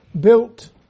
built